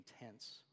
intense